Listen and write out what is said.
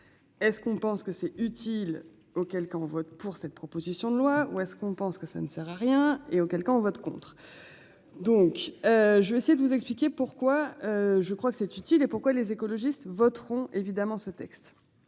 Est ce qu'on pense que c'est utile, auquel cas on vote pour cette proposition de loi ou est-ce qu'on pense que ça ne sert à rien et auquel cas on vote contre. Donc. Je vais essayer de vous expliquer pourquoi. Je crois que c'est utile et pourquoi les écologistes voteront évidemment ce texte.